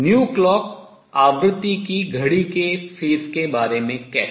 clock आवृत्ति की घड़ी के phase कला के बारे में कैसे